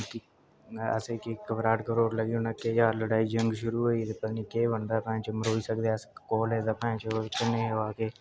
असेंगी घबराहट घुबराहट लग्गी ते उनें आक्खेआ कि जंग शुरू होई गेई ऐ पता नेईं केह् बनदा ऐ लड़ाई शुरू होई गेई अस कोल हे ते